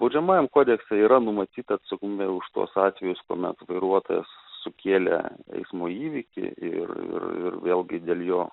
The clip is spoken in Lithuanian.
baudžiamajam kodekse yra numatyta atsakomybė už tuos atvejus kuomet vairuotojas sukėlė eismo įvykį ir ir ir vėlgi dėl jo